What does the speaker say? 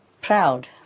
proud